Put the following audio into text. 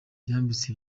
yambitse